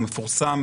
הוא מפורסם,